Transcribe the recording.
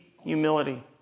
humility